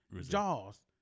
Jaws